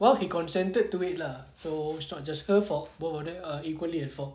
well he consented to it lah so it's not just her fault of both of them are equally at fault